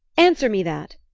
answer me that!